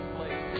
place